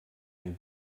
ein